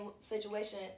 situation